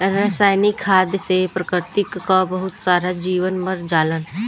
रासायनिक खाद से प्रकृति कअ बहुत सारा जीव मर जालन